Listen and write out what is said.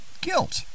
Guilt